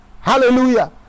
Hallelujah